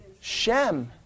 Shem